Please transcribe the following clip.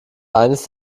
eines